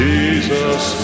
Jesus